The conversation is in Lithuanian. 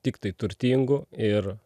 tiktai turtingų ir